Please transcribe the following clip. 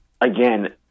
again